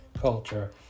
culture